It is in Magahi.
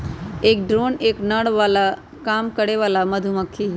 एक ड्रोन एक नर काम करे वाली मधुमक्खी हई